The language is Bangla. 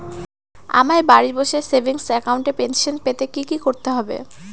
আমায় বাড়ি বসে সেভিংস অ্যাকাউন্টে পেনশন পেতে কি কি করতে হবে?